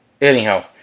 anyhow